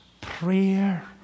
prayer